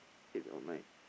eight or nine